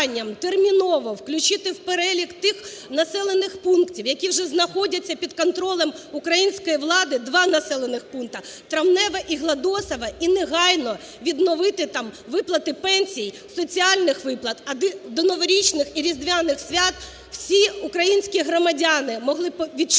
терміново включити в перелік тих населених пунктів, які вже знаходяться під контролем української влади, два населених пункти Травневе і Гладосове. І негайно відновити там виплати пенсій, соціальних виплат, а до новорічних і різдвяних свят всі українські громадяни могли відчути,